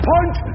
Punch